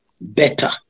better